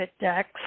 decks